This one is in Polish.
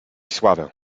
sławę